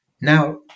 Now